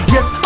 Yes